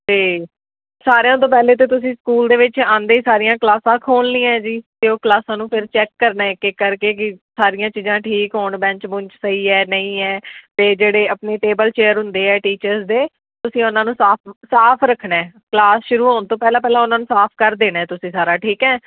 ਅਤੇ ਸਾਰਿਆਂ ਤੋਂ ਪਹਿਲੇ ਤਾਂ ਤੁਸੀਂ ਸਕੂਲ ਦੇ ਵਿੱਚ ਆਉਂਦੇ ਹੀ ਸਾਰੀਆਂ ਕਲਾਸਾਂ ਖੋਲ੍ਹਣੀਆਂ ਹੈ ਜੀ ਅਤੇ ਉਹ ਕਲਾਸਾਂ ਨੂੰ ਫਿਰ ਚੈੱਕ ਕਰਨਾ ਇੱਕ ਇੱਕ ਕਰਕੇ ਕਿ ਸਾਰੀਆਂ ਚੀਜ਼ਾਂ ਠੀਕ ਹੋਣ ਬੈਂਚ ਬੁੰਚ ਸਹੀ ਹੈ ਨਹੀਂ ਹੈ ਅਤੇ ਜਿਹੜੇ ਆਪਣੇ ਟੇਬਲ ਚੇਅਰ ਹੁੰਦੇ ਹੈ ਟੀਚਰਸ ਦੇ ਤੁਸੀਂ ਉਹਨਾਂ ਨੂੰ ਸਾਫ਼ ਸਾਫ਼ ਰੱਖਣਾ ਕਲਾਸ ਸ਼ੁਰੂ ਹੋਣ ਤੋਂ ਪਹਿਲਾਂ ਪਹਿਲਾਂ ਉਹਨਾਂ ਨੂੰ ਸਾਫ਼ ਕਰ ਦੇਣਾ ਤੁਸੀਂ ਸਾਰਾ ਠੀਕ ਹੈ